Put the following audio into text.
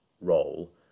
role